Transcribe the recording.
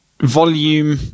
volume